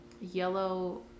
yellow